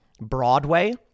Broadway